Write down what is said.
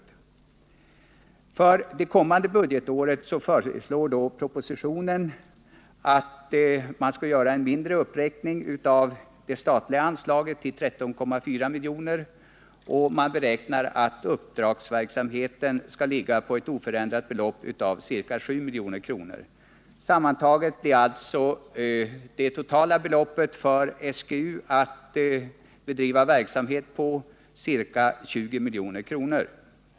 I propositionen föreslås för det kommande budgetåret en mindre uppräkning av det statliga anslaget till 13,4 milj.kr. och uppdragsverksamheten beräknas till ett oförändrat belopp av ca 7 milj.kr. Sammantaget blir alltså det totala beloppet för SGU att bedriva verksamhet med ca 20 milj.kr.